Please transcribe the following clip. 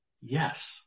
Yes